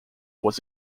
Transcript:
was